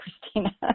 Christina